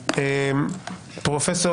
פרופ'